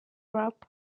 rap